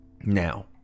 Now